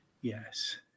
Yes